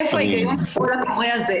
איפה ההיגיון בקול הקורא הזה.